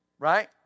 Right